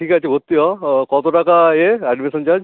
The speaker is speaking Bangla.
ঠিক আছে ভর্তি হ কতো টাকা এ অ্যাডমিশান চার্জ